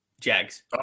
Jags